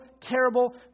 terrible